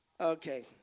Okay